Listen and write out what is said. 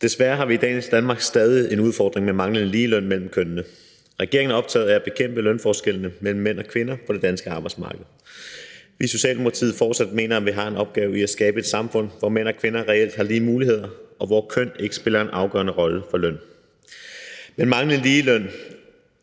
Desværre har vi i dagens Danmark stadig en udfordring med manglende ligeløn mellem kønnene. Regeringen er optaget af at bekæmpe lønforskellene mellem mænd og kvinder på det danske arbejdsmarked. I Socialdemokratiet mener vi, at vi fortsat har en opgave i at skabe et samfund, hvor mænd og kvinder reelt har lige muligheder, og hvor køn ikke spiller en afgørende rolle for løn. Men manglende ligeløn